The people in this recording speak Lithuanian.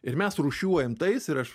ir mes rūšiuojam tais ir aš